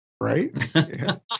Right